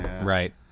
Right